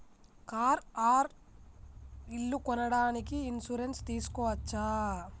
Car or ఇల్లు కొనడానికి insurance తీస్కోవచ్చా?